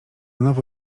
nowo